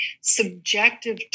subjective